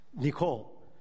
Nicole